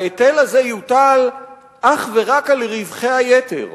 ההיטל הזה יוטל אך ורק על רווחי היתר.